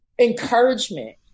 encouragement